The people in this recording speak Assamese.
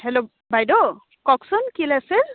হেল্ল' বাইদেউ কওকচোন কি আছে